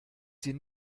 sie